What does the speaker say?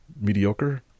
mediocre